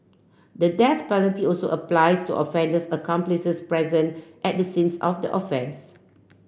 the death penalty also applies to offender's accomplices present at the scene of the offence